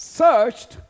searched